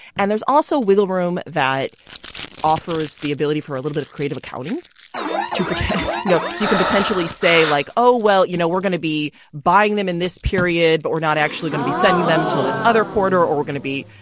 and there's also wiggle room that offers the ability for a little bit of creative accounting to pretend, you know, so you can potentially say like, oh, well, you know, we're gonna be buying them in this period, but we're not actually gonna be sending them until this other quarter or we're gonna be,